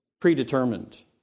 predetermined